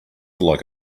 like